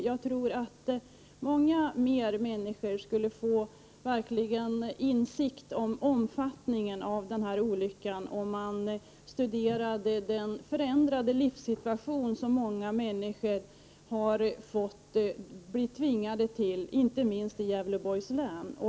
Jag tror att många fler människor skulle få mer insikt om olyckans omfattning, om man studerade den förändrade livssituation som många människor har tvingats in i, inte minst i Gävleborgs län.